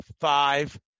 five